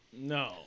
no